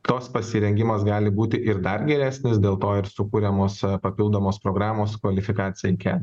toks pasirengimas gali būti ir dar geresnis dėl to ir sukuriamos papildomos programos kvalifikacijai kel